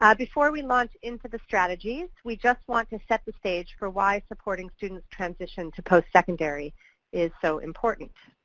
ah before we launch into the strategies, we just want to set the stage for why supporting students' transition to postsecondary is so important.